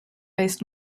based